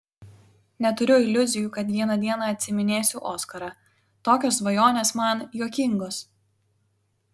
neturiu iliuzijų kad vieną dieną atsiiminėsiu oskarą tokios svajonės man juokingos